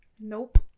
nope